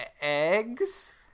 eggs